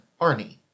Arnie